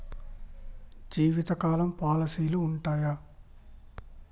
జీవితకాలం పాలసీలు ఉంటయా?